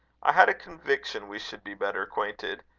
i had a conviction we should be better acquainted,